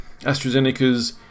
AstraZeneca's